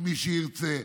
למי שירצה,